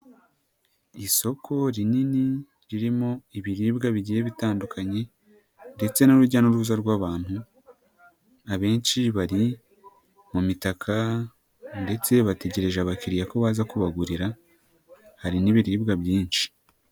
Isoko rinini ririmo ibiribwa bigiye bitandukanye ndetse n'urujya n'uruza rw'abantu, abenshi bari mu mitaka ndetse bategereje abakiriya ko baza kubagurira, hari n'ibiribwa byinshi.